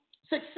success